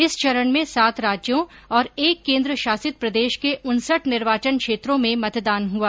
इस चरण में सात राज्यों और एक केंद्र शांसित प्रदेश के उनसठ निर्वाचन क्षेत्रों में मतदान हुआ